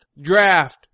draft